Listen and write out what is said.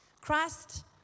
Christ